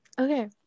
Okay